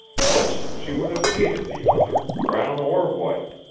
else she would have hated the other, brown or white.